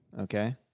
okay